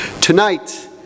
Tonight